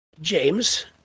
James